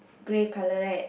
grey color right